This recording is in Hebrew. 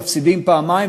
מפסידים פעמיים,